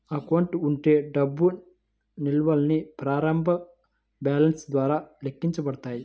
account ఉండే డబ్బు నిల్వల్ని ప్రారంభ బ్యాలెన్స్ ద్వారా లెక్కించబడతాయి